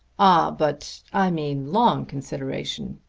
ah but i mean long consideration.